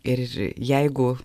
ir jeigu